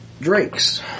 Drake's